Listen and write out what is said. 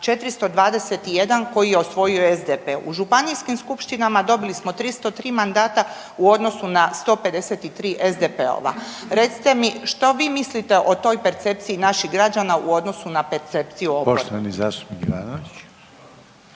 421 koji je osvojio SDP. U županijskim skupštinama dobili smo 303 mandata u odnosu na 153 SDP-ova. Recite mi, što vi mislite o toj percepciji naših građana u odnosu na percepciju .../Govornik se ne